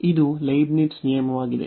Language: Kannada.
ಇದು ಲೀಬ್ನಿಟ್ಜ್ ನಿಯಮವಾಗಿದೆ